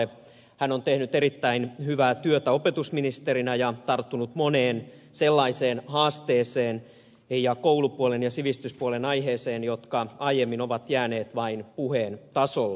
hän on tehnyt erittäin hyvää työtä opetusministerinä ja tarttunut moneen sellaiseen haasteeseen ja koulupuolen ja sivistyspuolen aiheeseen jotka aiemmin ovat jääneet vain puheen tasolle